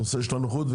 נושא הנוחות,